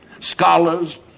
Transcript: Scholars